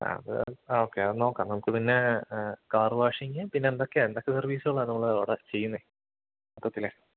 ആ അത് ആ ഓക്കേ അത് നോക്കാം നമുക്ക് പിന്നേ കാർ വാഷിങ്ങ് പിന്നെ എന്തക്കെയാണ് എന്തൊക്കെ സർവീസുകളാണ് നമ്മൾ അവിടെ ചെയ്യുന്നത് മൊത്തത്തിൽ